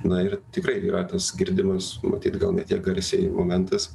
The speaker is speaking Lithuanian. na ir tikrai yra tas girdimas matyt gal ne tiek garsiai momentas